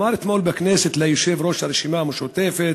אמר אתמול בכנסת ליושב-ראש הרשימה המשותפת,